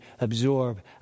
absorb